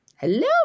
Hello